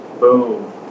Boom